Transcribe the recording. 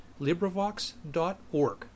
LibriVox.org